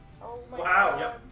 Wow